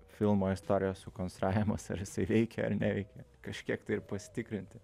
filmo istorijos sukonstravimas ar jisai veikia ar neveikia kažkiek tai ir pasitikrinti